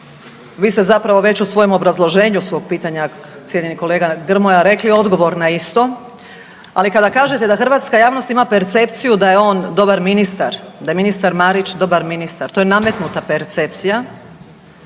Vi ste zapravo već u svojem obrazloženju svog pitanja cijenjeni kolega Grmoja rekli odgovor na isto, ali kada kažete da hrvatska javnost ima percepciju da je on dobar ministar, da je ministar Marić dobar ministar, to je nametnuta percepcija,